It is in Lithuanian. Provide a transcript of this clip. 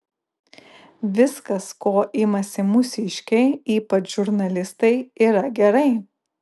viskas ko imasi mūsiškiai ypač žurnalistai yra gerai